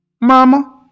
Mama